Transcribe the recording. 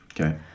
Okay